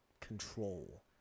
control